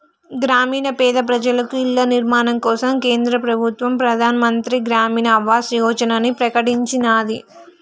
గ్రామీణ పేద ప్రజలకు ఇళ్ల నిర్మాణం కోసం కేంద్ర ప్రభుత్వం ప్రధాన్ మంత్రి గ్రామీన్ ఆవాస్ యోజనని ప్రకటించినాది